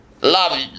love